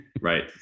Right